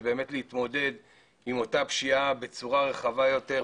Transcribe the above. זה באמת להתמודד עם אותה פשיעה בצורה רחבה יותר,